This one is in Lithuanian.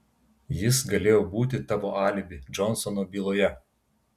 jis galėjo būti tavo alibi džonsono byloje